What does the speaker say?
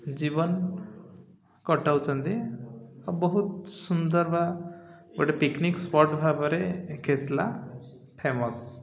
ଜୀବନ କଟାଉଛନ୍ତି ଆଉ ବହୁତ ସୁନ୍ଦର ବା ଗୋଟେ ପିକ୍ନିକ୍ ସ୍ପଟ୍ ଭାବରେ ଖେସଲା ଫେମସ୍